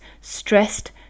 stressed